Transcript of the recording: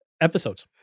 episodes